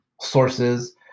sources